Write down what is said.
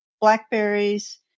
blackberries